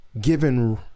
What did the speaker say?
given